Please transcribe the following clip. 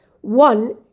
One